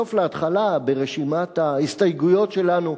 מהסוף להתחלה ברשימת ההסתייגויות שלנו,